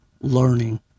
learning